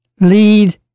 lead